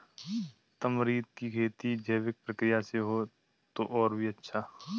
tamarind की खेती जैविक प्रक्रिया से हो तो और भी अच्छा